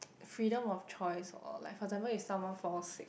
freedom of choice or like for example if someone falls sick